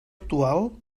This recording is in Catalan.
actual